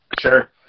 sure